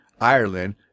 Ireland